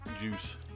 juice